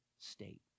state